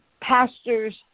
pastors